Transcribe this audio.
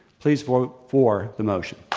please vote for the motion.